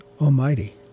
Almighty